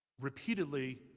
Repeatedly